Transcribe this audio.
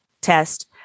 test